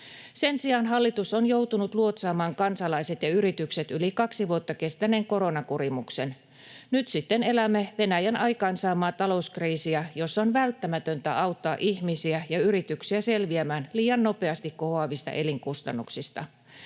Sen sijaan hallitus on joutunut luotsaamaan kansalaiset ja yritykset yli kaksi vuotta kestäneen koronakurimuksen. Nyt sitten elämme Venäjän aikaansaamaa talouskriisiä, jossa on välttämätöntä auttaa ihmisiä ja yrityksiä selviämään liian nopeasti kohoavista elinkustannuksista.